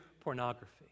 pornography